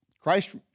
Christ